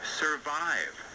survive